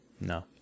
No